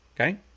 Okay